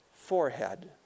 forehead